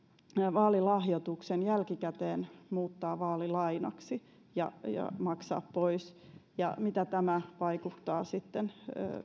vaalilahjoituksen jälkikäteen muuttaa vaalilainaksi ja ja maksaa pois ja miten tämä vaikuttaa sitten